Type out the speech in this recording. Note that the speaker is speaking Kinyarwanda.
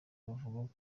bavuga